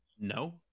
No